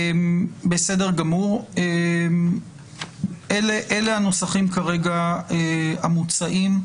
כרגע אלה הנוסחים שמוצעים.